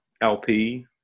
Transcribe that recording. LP